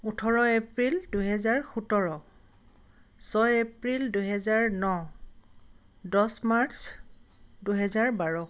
ওঁঠৰ এপ্ৰিল দুহেজাৰ সোতৰ ছয় এপ্ৰিল দুহেজাৰ ন দহ মাৰ্চ দুহেজাৰ বাৰ